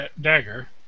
dagger